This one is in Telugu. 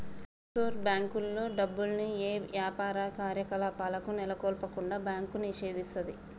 ఆఫ్షోర్ బ్యేంకుల్లో డబ్బుల్ని యే యాపార కార్యకలాపాలను నెలకొల్పకుండా బ్యాంకు నిషేధిస్తది